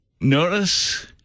Notice